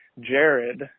Jared